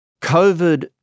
COVID